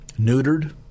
neutered